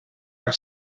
our